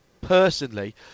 personally